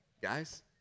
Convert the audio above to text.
guys